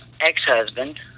ex-husband